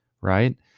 right